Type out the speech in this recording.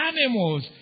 animals